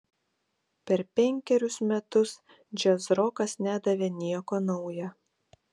per penkerius metus džiazrokas nedavė nieko nauja